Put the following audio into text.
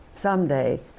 someday